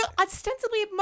ostensibly